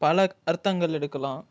பல அர்த்தங்கள் இருக்கலாம்